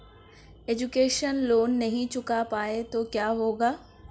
Education loan नहीं चुका पाए तो क्या होगा?